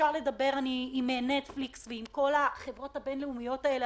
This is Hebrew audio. אפשר לדבר עם נטפליקס וכל החברות הבין-לאומיות האלה,